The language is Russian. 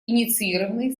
инициированный